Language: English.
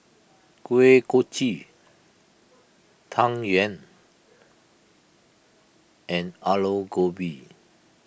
Kuih Kochi Tang Yuen and Aloo Gobi